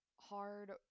hard